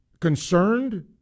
Concerned